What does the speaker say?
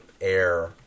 air